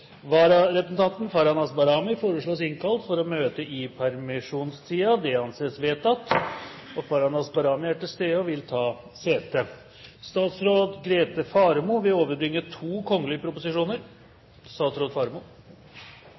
Vararepresentanten, Farahnaz Bahrami, innkalles for å møte i permisjonstiden. Farahnaz Bahrami er til stede og vil ta sete. Representanten Borghild Tenden vil framsette to